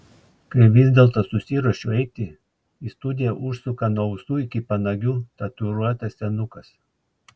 kai vis dėlto susiruošiu eiti į studiją užsuka nuo ausų iki panagių tatuiruotas senukas